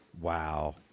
Wow